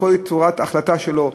בכל צורת החלטה שלו,